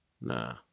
Nah